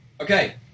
Okay